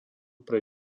pre